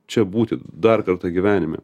čia būti dar kartą gyvenime